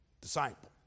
disciple